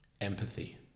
Empathy